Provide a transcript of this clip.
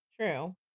true